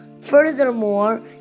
Furthermore